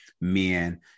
men